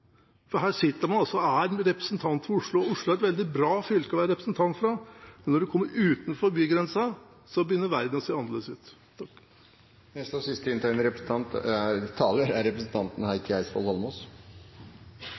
Og her sitter man altså som representant for Oslo – Oslo er et veldig bra fylke å være representant fra, men når man kommer utenfor bygrensen, begynner verden å se annerledes ut. Jeg synes det er